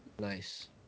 Nice